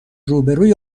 روبهروی